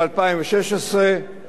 ואני משוכנע שנעמוד בכך.